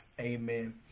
Amen